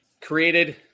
created